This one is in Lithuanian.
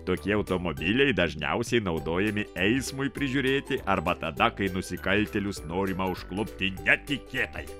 tokie automobiliai dažniausiai naudojami eismui prižiūrėti arba tada kai nusikaltėlius norima užklupti netikėtai